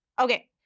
Okay